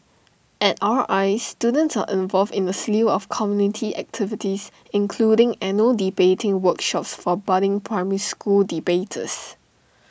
at R I students are involved in A slew of community activities including annual debating workshops for budding primary school debaters